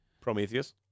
Prometheus